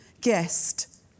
guest